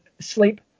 sleep